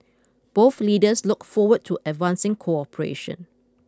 both leaders look forward to advancing cooperation